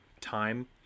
time